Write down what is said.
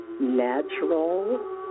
natural